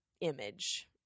image